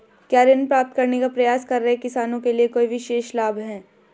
क्या ऋण प्राप्त करने का प्रयास कर रहे किसानों के लिए कोई विशेष लाभ हैं?